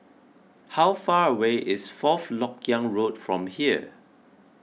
how far away is Fourth Lok Yang Road from here